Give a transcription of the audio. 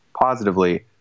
positively